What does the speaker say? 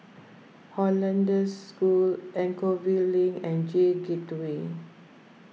Hollandse School Anchorvale Link and J Gateway